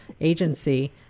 agency